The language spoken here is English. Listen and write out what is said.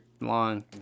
long